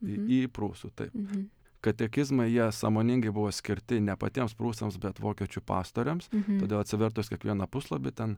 į į prūsų taip katekizmą jie sąmoningai buvo skirti ne patiems prūsams bet vokiečių pastoriams todėl atsivertus kiekvieną puslabį ten